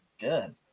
Good